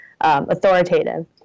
authoritative